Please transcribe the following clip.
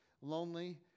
lonely